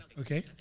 Okay